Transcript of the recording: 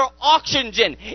oxygen